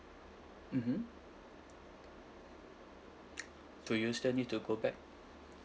mmhmm do you still need to go back